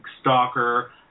stalker